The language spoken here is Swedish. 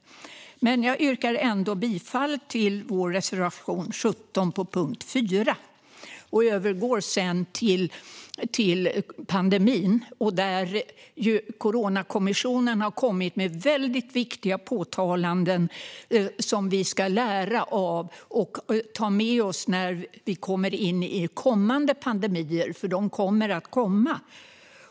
Jag yrkar bifall till reservation 17 under punkt 4 och övergår sedan till pandemin, där ju Coronakommissionen har kommit med väldigt viktiga påtalanden som vi ska lära av och ta med oss i kommande pandemier - för de kommer att komma.